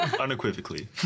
Unequivocally